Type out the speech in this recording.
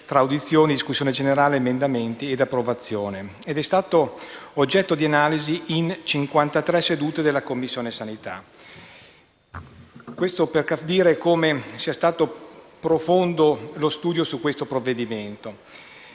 tra audizioni, discussione generale, emendamenti e approvazione. È stato oggetto di analisi in 53 sedute della Commissione sanità. Questo serve a capire come sia stato profondo lo studio su questo provvedimento.